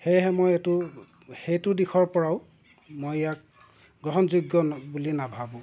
সেয়েহে মই এইটো সেইটো দিশৰ পৰাও মই ইয়াক গ্ৰহণযোগ্য বুলি নাভাবোঁ